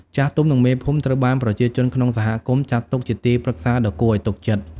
ចាស់ទុំ និងមេភូមិត្រូវបានប្រជាជនក្នុងសហគមន៍ចាត់ទុកជាទីប្រឹក្សាដ៏គួរឲ្យទុកចិត្ត។